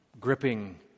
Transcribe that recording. gripping